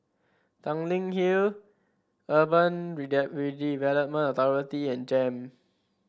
Tanglin Hill Urban Redevelopment Authority and JEM